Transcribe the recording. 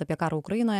apie karą ukrainoje